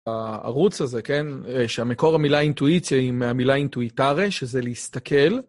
הערוץ הזה, כן, שמקור המילה אינטואיציה היא מהמילה אינטואיטרה, שזה להסתכל.